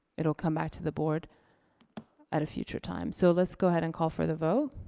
it'll come back to the board at a future time. so let's go ahead and call for the vote.